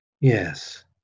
yes